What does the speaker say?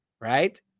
right